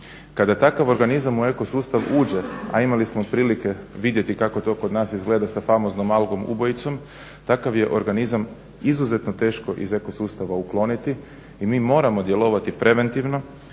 Kada takav organizam u ekosustav uđe, a imali smo prilike vidjeti kako to kod nas izgleda sa famoznom algom ubojicom, takav je organizam izuzetno teško iz ekosustava ukloniti i mi moramo djelovati preventivno